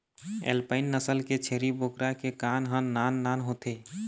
alpine नसल के छेरी बोकरा के कान ह नान नान होथे